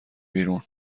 بیرون